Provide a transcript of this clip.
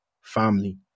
family